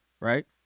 right